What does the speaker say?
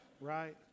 right